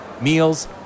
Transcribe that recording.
meals